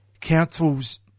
councils